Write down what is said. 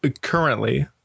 currently